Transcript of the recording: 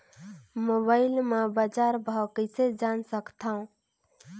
Mobile म बजार भाव कइसे जान सकथव?